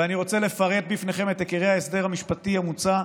ואני רוצה לפרט בפניכם את עיקרי ההסדר המשפטי המוצע,